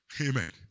Amen